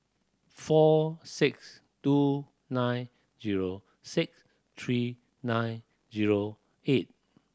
four six two nine zero six three nine zero eight